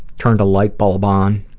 turned a light bulb on,